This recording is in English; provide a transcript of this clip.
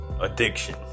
Addiction